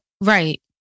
right